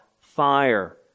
fire